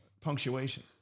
punctuation